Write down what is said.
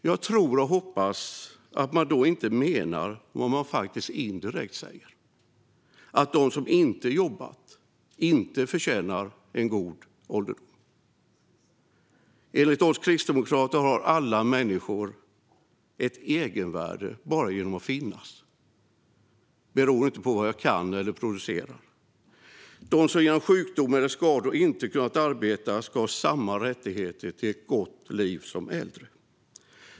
Jag tror och hoppas att man då inte menar vad man faktiskt indirekt säger, nämligen att de som inte har jobbat inte förtjänar en god ålderdom. Enligt oss kristdemokrater har alla människor ett egenvärde bara genom att finnas. Det beror inte på vad jag kan eller vad jag producerar. De som genom sjukdom eller skador inte har kunnat arbeta ska ha samma rättighet som andra till ett gott liv när de blir äldre.